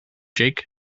jake